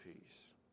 peace